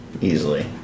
easily